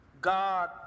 God